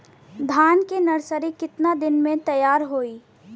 धान के नर्सरी कितना दिन में तैयार होई?